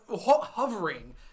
hovering